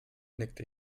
nickte